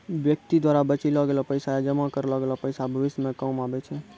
व्यक्ति द्वारा बचैलो गेलो पैसा या जमा करलो गेलो पैसा भविष्य मे काम आबै छै